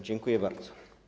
Dziękuję bardzo.